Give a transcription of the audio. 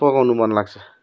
पकाउनु मन लाग्छ